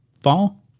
fall